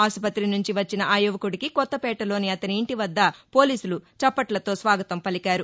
ఆసుపత్రి నుంచి వచ్చిన ఆ యువకుడికి కొత్తపేటలోని అతని ఇంటివద్ద వద్ద పోలీసులు చప్పట్లతో స్వాగతం పలికారు